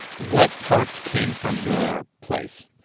what parts came from your place?